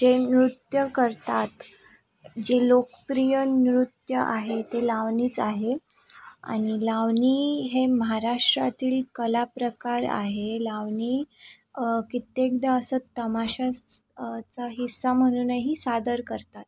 जे नृत्य करतात जे लोकप्रिय नृत्य आहे ते लावणीच आहे आणि लावणी हे महाराष्ट्रातील कलाप्रकार आहे लावणी कित्येकदा असा तमाशाचा हिस्सा म्हणूनही सादर करतात